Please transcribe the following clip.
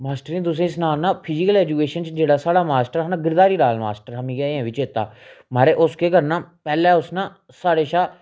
मास्टरें तुसेंगी सना नां फिजीकल ऐजुकेशन च जेह्ड़ा साढ़ा मास्टर हा ना गरधारी लाल मास्टर हा मिगी अजें बी चेता महारजा उस केह् करना पैह्ले उस ना साढ़े शा